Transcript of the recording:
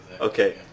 Okay